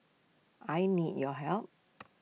I need your help